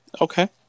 Okay